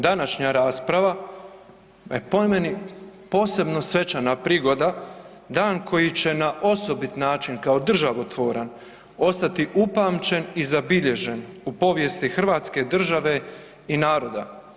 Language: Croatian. Današnja rasprava po meni posebno svečana prigoda, dan koji će na osobit način kao državotvoran ostati upamćen i zabilježen u povijesti Hrvatske države i naroda.